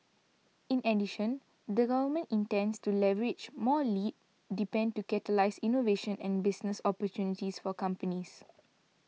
in the Government intends to leverage more lead depend to catalyse innovation and business opportunities for companies